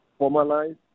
formalize